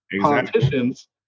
politicians